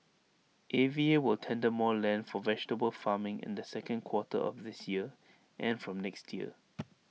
A V A will tender more land for vegetable farming in the second quarter of this year and from next year